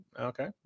okay